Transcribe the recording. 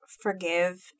forgive